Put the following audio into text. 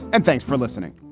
and thanks for listening